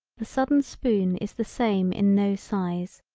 the sudden spoon is the same in no size.